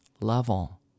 level